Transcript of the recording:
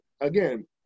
again